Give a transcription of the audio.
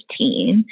2015